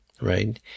right